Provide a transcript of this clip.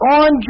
on